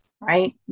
Right